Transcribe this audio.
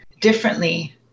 differently